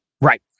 Right